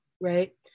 right